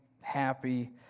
happy